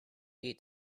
eat